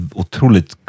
otroligt